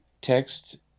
Text